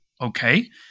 okay